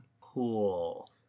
Cool